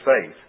faith